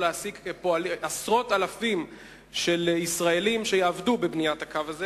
אפשר להעסיק עשרות אלפי ישראלים בבניית הקו הזה.